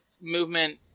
movement